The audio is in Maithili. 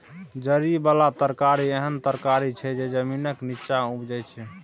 जरि बला तरकारी एहन तरकारी छै जे जमीनक नींच्चाँ उपजै छै